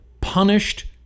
punished